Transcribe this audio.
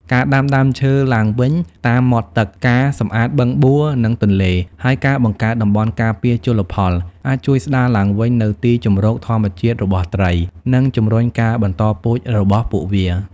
ការដាំដើមឈើឡើងវិញតាមមាត់ទឹក ការសម្អាតបឹងបួ និងទន្លេ ហើយការបង្កើតតំបន់ការពារជលផល អាចជួយស្ដារឡើងវិញនូវទីជម្រកធម្មជាតិរបស់ត្រី និងជំរុញការបន្តពូជរបស់ពួកវា។